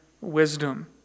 wisdom